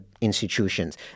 institutions